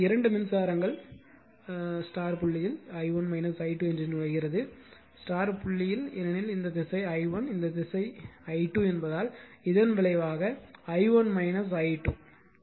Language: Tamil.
எனவே 2 மின்சாரங்கள் புள்ளி i1 i2 நுழைகிறது ஏனெனில் இந்த திசைi1 இந்த திசை i2 என்பதால் இதன் விளைவாக i1 i2